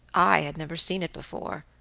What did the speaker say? i had never seen it before,